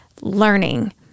learning